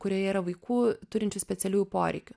kurioje yra vaikų turinčių specialiųjų poreikių